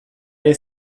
ere